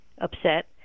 upset